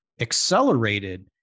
accelerated